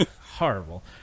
Horrible